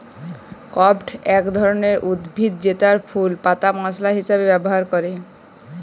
clove এক ধরলের উদ্ভিদ জেতার ফুল পাতা মশলা হিসাবে ব্যবহার ক্যরে